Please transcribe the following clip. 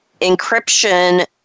encryption